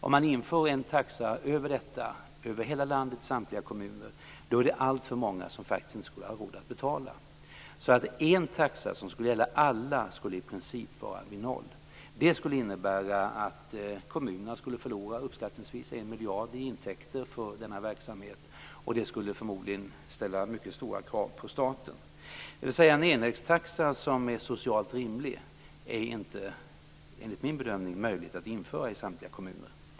Om man inför en taxa för hela landets samtliga kommuner är det alltför många som inte har råd att betala. En taxa som skulle gälla alla skulle i princip vara noll. Det skulle innebära att kommunerna skulle förlora uppskattningsvis 1 miljard i intäkter för denna verksamhet, och det skulle förmodligen ställa mycket stora krav på staten. En enhetstaxa som är socialt rimlig är alltså enligt min bedömning inte möjlig att införa i samtliga kommuner.